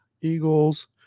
Eagles